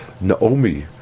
Naomi